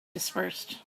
dispersed